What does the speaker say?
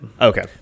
Okay